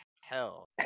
hell